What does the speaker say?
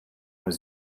was